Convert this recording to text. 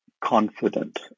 confident